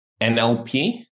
NLP